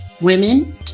women